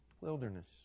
wilderness